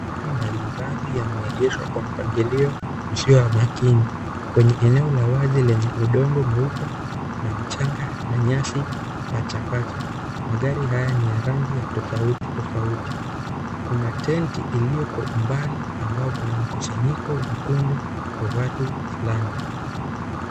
Magari mbalimbali yameegeshwa kwa mpangilio usio wa makini. Kwa eneo la wazi wenye udongo mweupe na mchanga na nyasi pachapacha. Magari haya ni ya rangi ya tofauti tofauti .Kuna tenti ilio kwa umbali mbao kuna mkusanyiko mkundi wa watu fulani.